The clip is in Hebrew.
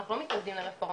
אנחנו לא מתנגדים לרפורמות.